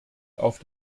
auf